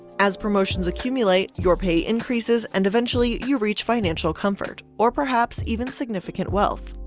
as promotions accumulate, your pay increases and eventually you reach financial comfort. or perhaps even significant wealth!